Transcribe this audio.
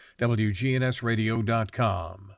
wgnsradio.com